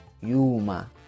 yuma